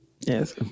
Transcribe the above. Yes